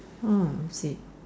is it